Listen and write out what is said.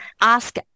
Ask